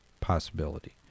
possibility